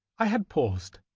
i had paused,